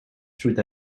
through